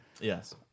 Yes